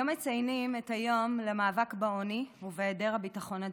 היום מציינים את היום למאבק בעוני ובהיעדר הביטחון התזונתי.